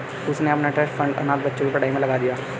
उसने अपना trust fund अनाथ बच्चों की पढ़ाई पर लगा दिया